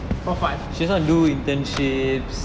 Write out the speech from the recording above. for fun